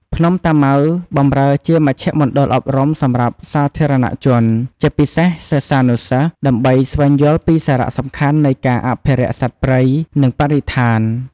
ភ្នំតាម៉ៅបម្រើជាមជ្ឈមណ្ឌលអប់រំសម្រាប់សាធារណជន ជាពិសេសសិស្សានុសិស្ស ដើម្បីស្វែងយល់ពីសារៈសំខាន់នៃការអភិរក្សសត្វព្រៃ និងបរិស្ថាន។